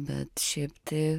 bet šiaip tai